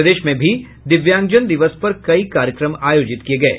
प्रदेश में भी दिव्यांग जन दिवस पर कई कार्यक्रम आयोजित किये गये